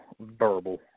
verbal